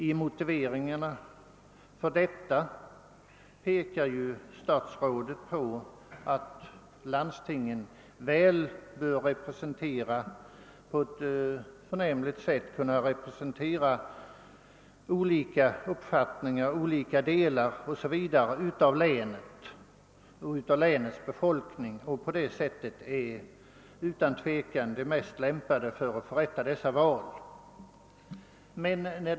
I motiveringen pekar statsrådet på att landstingen på ett förnämligt sätt bör kunna representera olika uppfattningar, befolkningsgrupper, länsdelar 0. s. v., varför de utan tvivel är mest lämpade att förrätta ifrågavarande val.